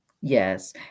yes